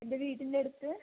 എൻ്റെ വീടിന്റെ അടുത്ത്